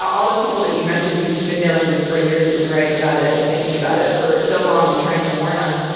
all those people that you mentioned who've been doing this for years have been writing about it and thinking about it for so long and trying to warn us,